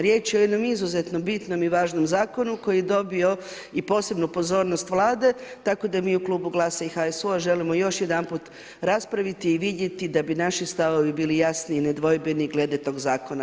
Riječ je o jednom izuzetno bitnom i važnom zakonu koji je dobio i posebnu pozornost Vlade, tako da mi u klubu Glasa i HSU-a želimo još jedanput raspraviti i vidjeti da bi naši stavovi bili jasni i nedvojbeni glede toga zakona.